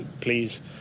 please